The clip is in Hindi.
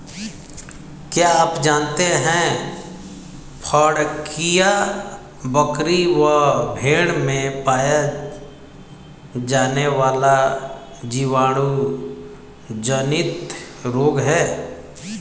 क्या आप जानते है फड़कियां, बकरी व भेड़ में पाया जाने वाला जीवाणु जनित रोग है?